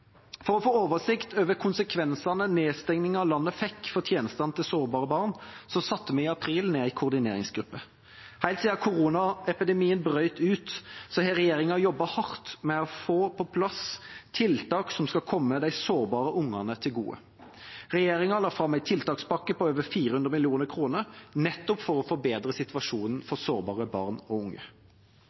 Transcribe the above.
For å få oversikt over konsekvensene nedstengningen av landet fikk for tjenestene til sårbare barn, satte vi i april ned en koordineringsgruppe. Helt siden koronaepidemien brøt ut, har regjeringa jobbet hardt med å få på plass tiltak som skal komme de sårbare ungene til gode. Regjeringa la fram en tiltakspakke på over 400 mill. kr nettopp for å forbedre situasjonen for sårbare barn og unge.